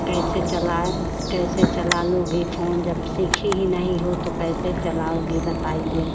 कैसे चलाए कैसे चला लोगी फोन जब सीखी ही नहीं हो तो कैसे चलाओगी बताइए